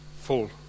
full